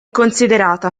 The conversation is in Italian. considerata